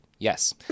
Yes